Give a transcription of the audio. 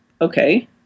Okay